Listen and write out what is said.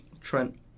Trent